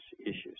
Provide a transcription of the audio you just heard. issues